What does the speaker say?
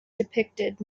depicted